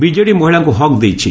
BJD ମହିଳାଙ୍କୁ ହକ୍ ଦେଇଛି